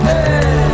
Hey